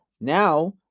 now